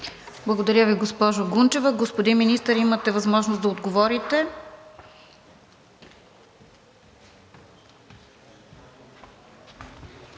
Благодаря Ви, госпожо Гунчева. Господин Министър, имате възможност да отговорите.